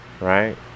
Right